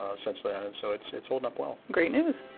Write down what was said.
ah since then and so it's it's holding up well. great news.